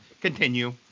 Continue